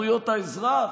זכויות האזרח.